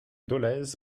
dolez